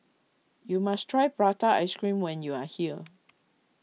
you must try Prata Ice Cream when you are here